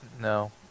No